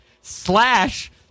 slash